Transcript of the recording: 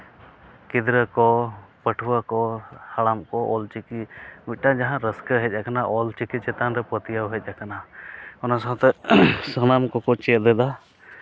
ᱜᱤᱫᱽᱨᱟᱹ ᱠᱚ ᱯᱟᱹᱴᱷᱩᱣᱟᱹ ᱠᱚ ᱦᱟᱲᱟᱢ ᱠᱚ ᱚᱞ ᱪᱤᱠᱤ ᱢᱤᱫᱴᱟᱝ ᱡᱟᱦᱟᱸ ᱨᱟᱹᱥᱠᱟᱹ ᱦᱮᱡ ᱠᱟᱱᱟ ᱚᱞ ᱪᱤᱠᱤ ᱪᱮᱛᱟᱱ ᱨᱮ ᱯᱟᱹᱛᱭᱟᱹᱣ ᱦᱮᱡ ᱠᱟᱱᱟ ᱚᱱᱟ ᱥᱟᱶᱛᱮ ᱥᱟᱱᱟᱢ ᱠᱚᱠᱚ ᱪᱮᱫ ᱞᱮᱫᱟ